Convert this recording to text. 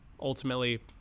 Ultimately